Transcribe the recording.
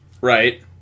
Right